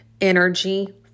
energy